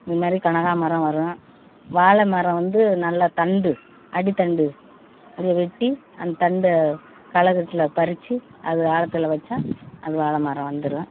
இது மாதிரி கனகா மரம் வரும் வாழை மரம் வந்து நல்லா தண்டு அடித்தண்டு அப்படியே வெட்டி அந்த தண்ட கழைக்கட்டுல பறித்து அது ஆழத்தில் வச்சால் அது வாழை மரம் வந்துடும்